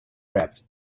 rapped